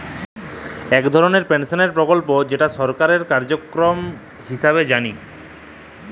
ইক ধরলের পেলশলের পরকল্প যেট সরকারি কার্যক্রম হিঁসাবে জালি